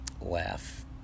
laugh